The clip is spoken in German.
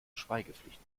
schweigepflicht